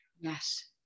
yes